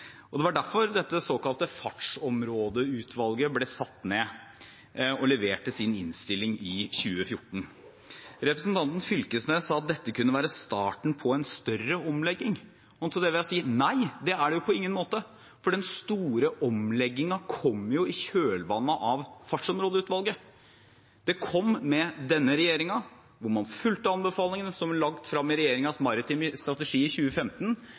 Det var derfor Fartsområdeutvalget ble satt ned og leverte sin innstilling i 2014. Representanten Knag Fylkesnes sa at dette kunne være starten på en større omlegging. Til det vil jeg si: Nei, det er det på ingen måte, for den store omleggingen kom i kjølvannet av Fartsområdeutvalget. Den kom med denne regjeringen. Man fulgte anbefalingene som ble lagt frem i regjeringens maritime strategi i 2015,